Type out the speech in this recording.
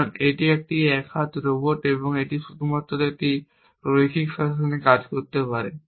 কারণ এটি একটি এক হাত রোবট এবং এটি শুধুমাত্র একটি রৈখিক ফ্যাশনে কাজ করতে পারে